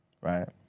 Right